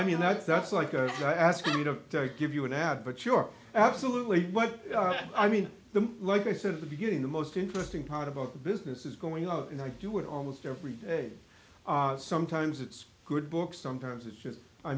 i mean that's that's like a guy asking you to give you an ad but you're absolutely right i mean i'm like i said at the beginning the most interesting part about the business is going out and i do it almost every day sometimes it's a good book sometimes it's just i